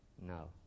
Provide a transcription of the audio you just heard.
No